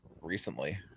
recently